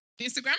Instagram